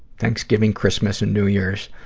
thanksgiving, christmas, and new year's.